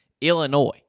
Illinois